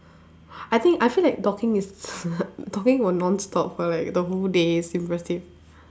I think I feel like talking is talking for non-stop for like the whole day is impressive